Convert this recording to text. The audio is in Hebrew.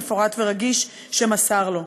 מפורט ורגיש שמסר לו.